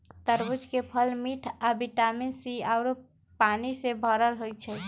तरबूज के फल मिठ आ विटामिन सी आउरो पानी से भरल होई छई